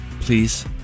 Please